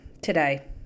today